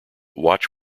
watch